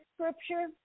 scripture